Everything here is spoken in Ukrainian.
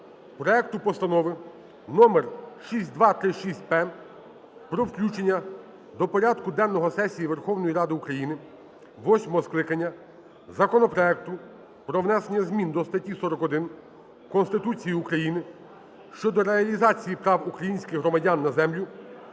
проекту Постанови № 6236/П про включення до порядку денного сесії Верховної Ради України восьмого скликання законопроекту про внесення змін до статті 41 Конституції України щодо реалізації прав українських громадян на землю,